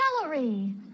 celery